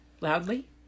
Loudly